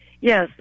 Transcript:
Yes